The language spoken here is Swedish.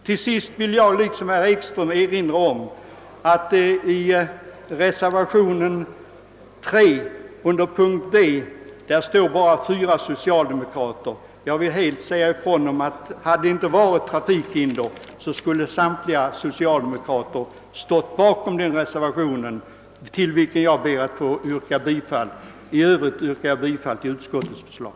Till sist vill jag liksom herr Ekström erinra om anledningen till att bakom reservation III beträffande D i utskottets hemställan står bara fyra socialdemokrater. Jag vill säga ifrån, att om det inte hade varit trafikhinder, skulle samtliga socialdemokrater stått bakom den reservationen, till vilken jag ber att få yrka bifall. I övrigt ber jag att få yrka bifall till utskottets förslag.